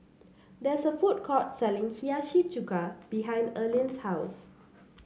there is a food court selling Hiyashi Chuka behind Erline's house